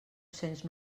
cents